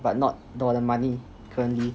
but not for the money currently